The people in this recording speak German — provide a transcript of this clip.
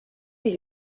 mir